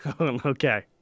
Okay